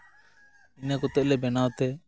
ᱤᱱᱟᱹ ᱠᱚᱛᱮ ᱞᱮ ᱵᱮᱱᱟᱣ ᱛᱮ